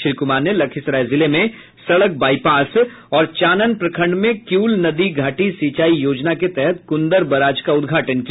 श्री कुमार ने लखीसराय जिले में सड़क बाईपास और चानन प्रखंड में किऊल नदी घाटी सिंचाई योजना के तहत कुंदर बराज का उद्घाटन किया